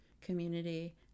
community